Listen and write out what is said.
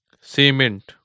Cement